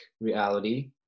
reality